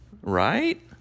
Right